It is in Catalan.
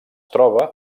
troba